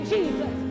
Jesus